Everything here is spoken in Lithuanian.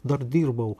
dar dirbau